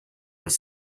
was